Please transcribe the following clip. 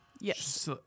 Yes